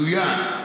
יגיעו.